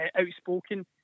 outspoken